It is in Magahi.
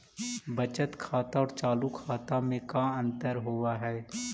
बचत खाता और चालु खाता में का अंतर होव हइ?